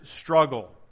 struggle